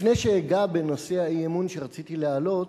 לפני שאגע בנושא האי-אמון שרציתי להעלות,